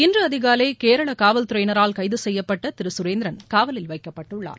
இன்று அதிகாலை கேரள காவல்துறையினரால் கைது செய்யப்பட்ட திரு சுரேந்திரன் காவலில் வைக்கப்பட்டுள்ளார்